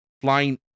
flying